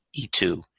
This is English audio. E2